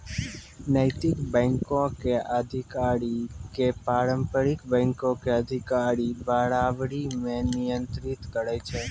नैतिक बैंको के अधिकारी के पारंपरिक बैंको के अधिकारी बराबरी मे नियंत्रित करै छै